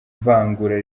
vangura